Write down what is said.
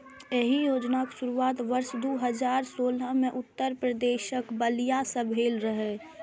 एहि योजनाक शुरुआत वर्ष दू हजार सोलह मे उत्तर प्रदेशक बलिया सं भेल रहै